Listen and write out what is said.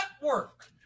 network